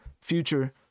future